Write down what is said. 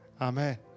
Amen